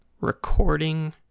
recording